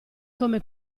come